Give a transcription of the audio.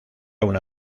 una